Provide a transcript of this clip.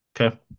Okay